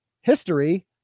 history